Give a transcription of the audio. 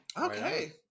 Okay